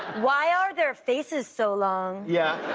why are their faces so long? yeah